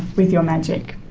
with your magic.